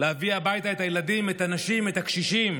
להביא הביתה את הילדים, את הנשים, את הקשישים?